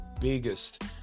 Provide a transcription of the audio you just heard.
biggest